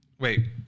Wait